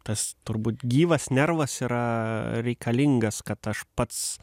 tas turbūt gyvas nervas yra reikalingas kad aš pats